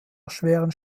erschweren